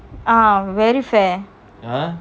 ah very fair mm